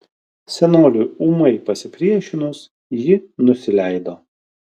senoliui ūmai pasipriešinus ji nusileido